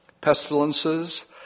Pestilences